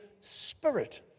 spirit